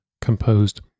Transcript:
composed